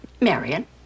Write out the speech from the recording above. marion